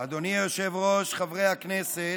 אדוני היושב-ראש, חברי הכנסת,